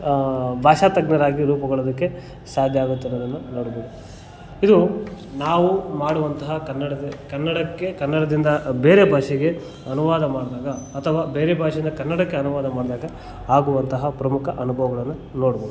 ಭಾಷಾತಜ್ಞರಾಗಿ ರೂಪುಗೊಳ್ಳುವುದಕ್ಕೆ ಸಾಧ್ಯ ಆಗುತ್ತೆ ಅನ್ನೋದನ್ನು ನೋಡ್ಬೋದು ಇದು ನಾವು ಮಾಡುವಂತಹ ಕನ್ನಡದ ಕನ್ನಡಕ್ಕೆ ಕನ್ನಡದಿಂದ ಬೇರೆ ಭಾಷೆಗೆ ಅನುವಾದ ಮಾಡಿದಾಗ ಅಥವಾ ಬೇರೆ ಭಾಷೆಯಿಂದ ಕನ್ನಡಕ್ಕೆ ಅನುವಾದ ಮಾಡಿದಾಗ ಆಗುವಂತಹ ಪ್ರಮುಖ ಅನುಭವಗಳನ್ನು ನೋಡ್ಬೋದು